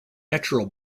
natural